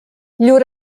llur